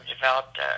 developed